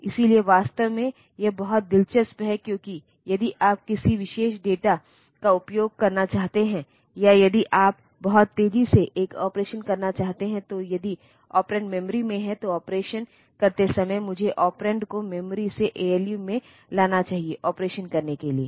और इसलिए वास्तव में यह बहुत दिलचस्प है क्योंकि यदि आप किसी विशेष डेटा का उपयोग करना चाहते हैं या यदि आप बहुत तेजी से एक ऑपरेशन करना चाहते हैं तो यदि ऑपरेंड मेमोरी में हैं तो ऑपरेशन करते समय मुझे ऑपरेंड को मेमोरी से एएलयू में लाना चाहिए ऑपरेशन करने के लिए